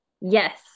Yes